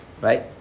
Right